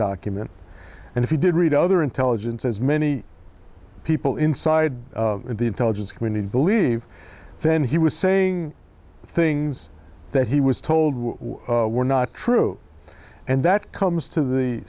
document and if you did read other intelligence as many people inside the intelligence community believe then he was saying things that he was told were not true and that comes to the